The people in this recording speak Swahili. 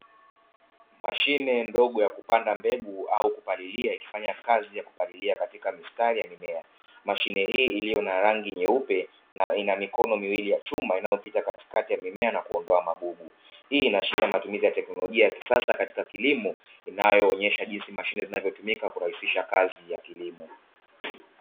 Mashine ndogo ya kupanda mbegu au kupalilia ikifanya kazi ya kupalilia katika mistari ya mimea mashine hii iliyo na rangi nyeupe na ina mikono miwili ya chuma inayopita katikati ya mimea na kuondoa magugu. Hii inaashiria matumizi ya teknolojia ya kisasa katika kilimo inayoonyesha jinsi mashine zinavyotumika kurahisisha kazi ya kilimo.